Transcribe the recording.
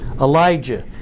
Elijah